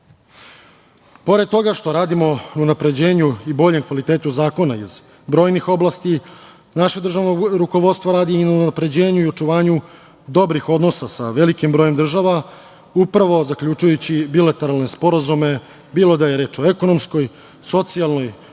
tome. Pored toga što radimo na unapređenju i boljem kvalitetu zakona iz brojnih oblasti, naše državno rukovodstvo radi i na unapređenju i očuvanju dobrih odnosa sa velikim brojem država upravo zaključujući bilateralne sporazume, bilo da je reč o ekonomskoj, socijalnoj,